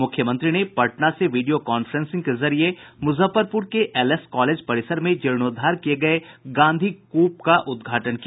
मूख्यमंत्री ने पटना से वीडियो कांफ्रेंसिंग के जरिये मूजफ्फरपूर के एलएस कॉलेज परिसर में जीर्णोद्वार किये गये गांधी कूप का उद्घाटन किया